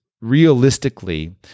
realistically